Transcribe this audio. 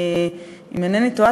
אם אינני טועה,